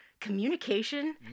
communication